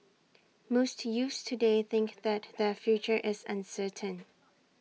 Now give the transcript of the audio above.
most youths today think that their future is uncertain